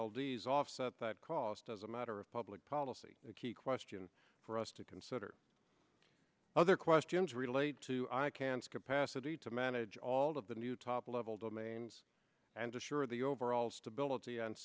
oldies offset that cost as a matter of public policy a key question for us to consider other questions relate to i can skip past city to manage all of the new top level domains and assure the overall stability and